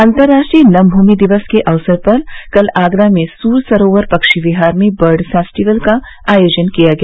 अंतर्राष्ट्रीय नमभूमि दिवस के अवसर पर कल आगरा में सूर सरोवर पक्षी विहार में बर्ड फेस्टिवल का आयोजन किया गया